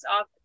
off